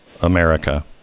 America